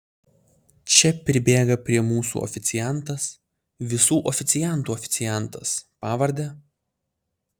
čia pribėga prie mūsų oficiantas visų oficiantų oficiantas pavarde